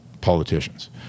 politicians